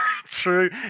True